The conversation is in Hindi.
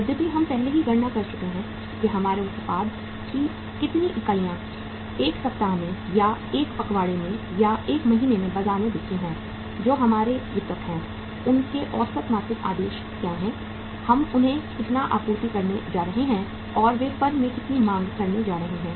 यद्यपि हम पहले ही गणना कर चुके हैं कि हमारे उत्पाद की कितनी इकाइयाँ एक सप्ताह में या एक पखवाड़े में या एक महीने में बाजार में बिकती हैं जो हमारे वितरक हैं उनके औसत मासिक आदेश क्या हैं हम उन्हें कितना आपूर्ति करने जा रहे हैं और वे फर्म से कितनी मांग करने जा रहे हैं